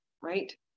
Right